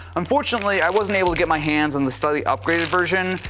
unfortunately, i wasn't able to get my hands on the slightly upgraded version,